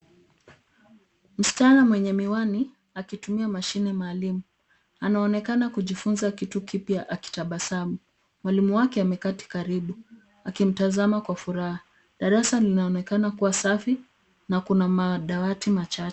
Msichana mwenye miwani akitumia mashine maalum. Anaonekana kujifunza kitu kipya akitabasamu. Mwalimu wake ameketi karibu akimtazama kwa furaha. Darasa linaonekana kuwa safi na kuna madawati machache.